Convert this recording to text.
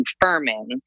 confirming